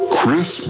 Chris